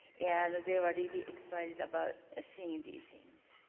and they were really excited about ah seeing these things.